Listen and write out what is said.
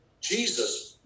Jesus